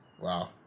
Wow